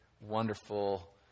wonderful